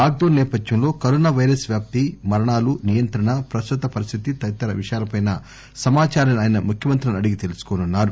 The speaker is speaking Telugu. లాక్ డౌన్ నేపథ్యంలో కరోనా వైరస్ వ్యాప్తి మరణాలు నియంత్రణ ప్రస్తుత పరిస్థితి తదితర విషయాలపై సమాచారాన్సి ఆయన ముఖ్యమంత్రులను అడిగి తెలుసుకోనున్నారు